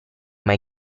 mai